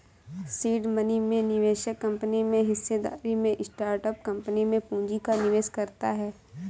seed money में निवेशक company में हिस्सेदारी में स्टार्टअप कंपनी में पूंजी का निवेश करता है